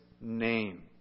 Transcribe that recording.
name